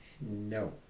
No